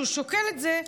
כשהוא שוקל את זה,